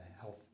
health